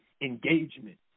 engagement